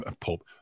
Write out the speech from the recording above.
pope